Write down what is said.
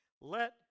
Let